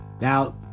Now